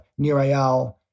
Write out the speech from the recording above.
Nirayal